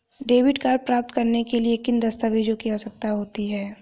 Debit card प्राप्त करने के लिए किन दस्तावेज़ों की आवश्यकता होती है?